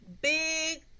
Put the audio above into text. big